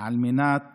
על מנת